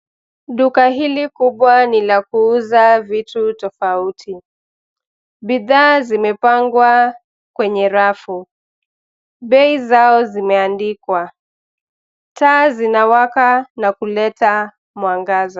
Duka hili kubwa ni la kuuza vitu tofauti. Bidhaa zimepangwa kwenye rafu. Bei zao zimeandikwa. Taa zinawaka na kuleta mwangaza.